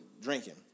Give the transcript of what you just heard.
drinking